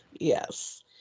yes